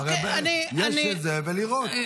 יש את זה, ולראות.